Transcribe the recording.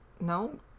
No